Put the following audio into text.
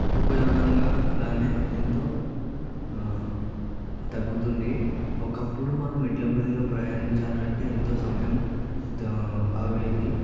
ఉపయోగంగా అలానే ఎంతో తగ్గుతుంది ఒకప్పుడు మనం ఎడ్ల బండిలో ప్రయాణించాలంటే ఎంతో సమయం అయ్యేది